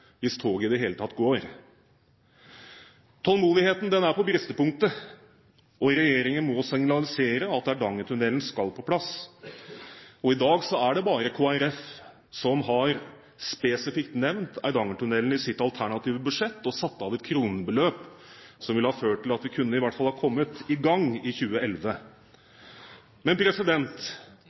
hvis toget i det hele tatt går. Tålmodigheten er på bristepunktet, og regjeringen må signalisere at Eidangertunnelen skal på plass. I dag er det bare Kristelig Folkeparti som spesifikt har nevnt Eidangertunnelen i sitt alternative budsjett og satt av et kronebeløp som ville ha ført til at vi i hvert fall kunne ha kommet i gang i 2011. Men